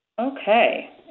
Okay